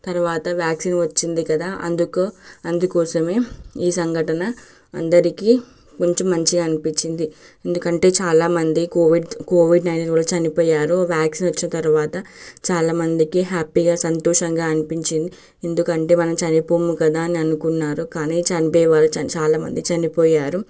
తర్వాత వ్యాక్సిన్ వచ్చింది కదా అందుకు అందుకోసమే ఈ సంఘటన అందరికీ కొంచెం మంచిగా అనిపించింది ఎందుకంటే చాలామంది కోవిడ్ కోవిడ్ నైన్టీన్ వల్ల చనిపోయారు వ్యాక్సిన్ వచ్చిన తర్వాత చాలామందికి హ్యాపీగా సంతోషంగా అనిపించింది ఎందుకంటే మనం చనిపోము కదా అని అనుకున్నారు కానీ చంపే వాళ్ళు చాలామంది చనిపోయారు